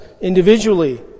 individually